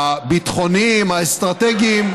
הביטחוניים, האסטרטגיים,